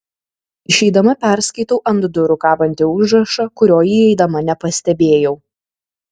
išeidama perskaitau ant durų kabantį užrašą kurio įeidama nepastebėjau